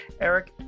Eric